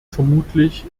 vermutlich